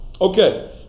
Okay